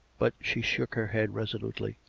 but she shook her head resolutely.